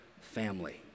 family